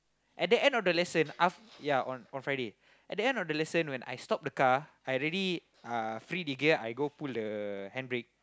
at the end of the lesson aft~ ya on on Friday at the end of the lesson when I stop the car I already uh free the gear I go pull the handbrake